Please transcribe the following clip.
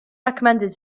recommended